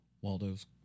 Waldo's